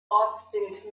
ortsbild